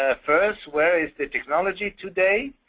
ah first, where is the technology today?